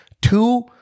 Two